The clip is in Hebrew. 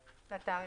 לסעיף.